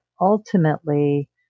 ultimately